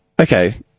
Okay